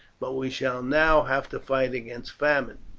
but we shall now have to fight against famine.